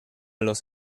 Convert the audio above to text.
los